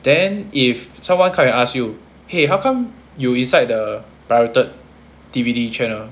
then if someone come and ask you !hey! how come you inside the pirated D_V_D channel